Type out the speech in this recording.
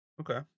Okay